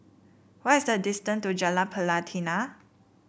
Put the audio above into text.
what is the distance to Jalan Pelatina